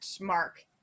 Mark